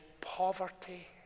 poverty